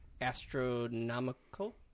astronomical